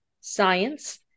science